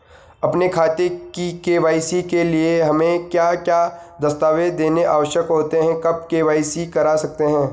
अपने खाते की के.वाई.सी के लिए हमें क्या क्या दस्तावेज़ देने आवश्यक होते हैं कब के.वाई.सी करा सकते हैं?